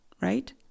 right